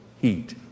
heat